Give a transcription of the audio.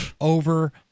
over